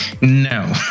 no